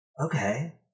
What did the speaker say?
okay